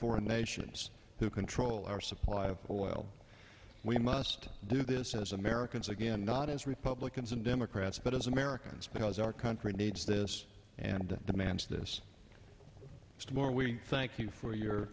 foreign nations who control our supply of oil we must do this as americans again not as republicans and democrats but as americans because our country needs this and demands this more we thank you for your